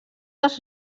els